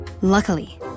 Luckily